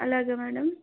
అలాగే మేడం